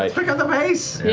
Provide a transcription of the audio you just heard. um pick up the pace.